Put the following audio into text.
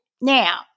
Now